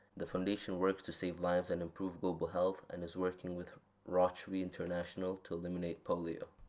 the foundation works to save lives and improve global health, and is working with rotary international to eliminate polio.